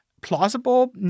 plausible